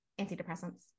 Antidepressants